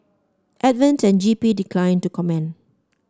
advent and G P declined to comment